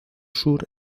sur